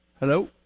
Hello